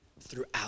throughout